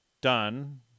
done